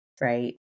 right